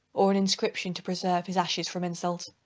or an inscription to preserve his ashes from insult.